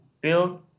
build